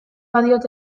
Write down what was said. badiot